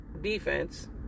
defense